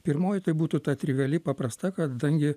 pirmoji tai būtų ta triviali paprasta kadangi